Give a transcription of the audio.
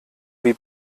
wie